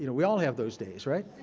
you know we all have those days, right.